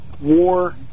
war